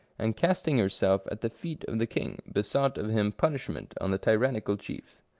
and casting herself at the feet of the king, besought of him punishment on the tyrannical chief.